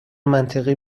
منطقی